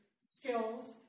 skills